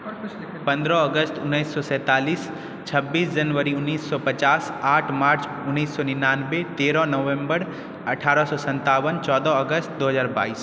पंद्रह अगस्त उन्नैस सए सैंतालिस छब्बीस जनवरी उन्नैस सए पचास आठ मार्च उन्नैस सए निनानबे तेरह नवंबर अठारह सए सत्तावन चौदह अगस्त दो हजार बाइस